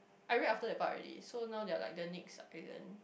I read after that part already so now they are like the next island